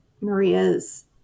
Maria's